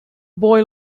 boy